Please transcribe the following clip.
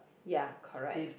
ya correct